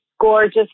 Gorgeous